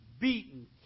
beaten